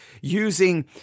using